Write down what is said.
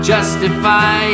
Justify